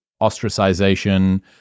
ostracization